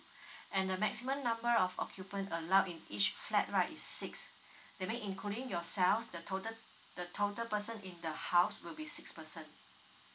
and the maximum number of occupant allowed in each flat right is six that mean including yourself the total the total person in the house would be six person